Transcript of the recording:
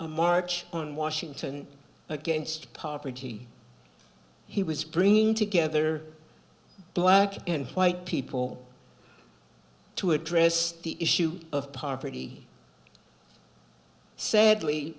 a march on washington against poverty he was bringing together black and white people to address the issue of poverty sadly